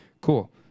cool